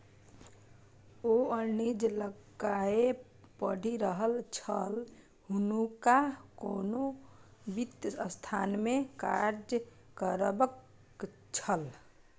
ओ वाणिज्य लकए पढ़ि रहल छल हुनका कोनो वित्त संस्थानमे काज करबाक छल